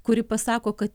kuri pasako kad